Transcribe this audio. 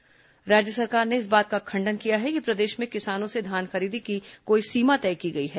खाद्य सचिव धान खरीदी राज्य सरकार ने इस बात का खंडन किया है कि प्रदेश में किसानों से धान खरीदी की कोई सीमा तय की गई है